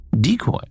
decoy